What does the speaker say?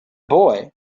boy